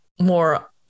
more